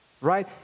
right